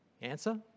Answer